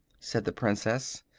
said the princess.